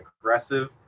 aggressive